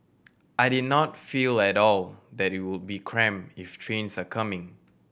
I did not feel at all that it would be cramped if trains are coming